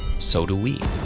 so do we.